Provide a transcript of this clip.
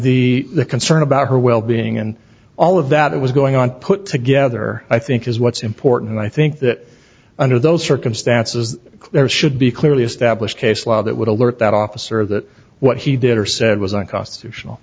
and the concern about her well being and all of that was going on put together i think is what's important and i think that under those circumstances there should be clearly established case law that would alert that officer that what he did or said was unconstitutional